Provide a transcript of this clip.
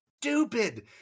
stupid